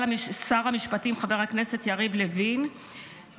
ושר המשפטים חבר הכנסת יריב לוין,